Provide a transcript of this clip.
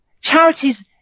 Charities